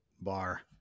bar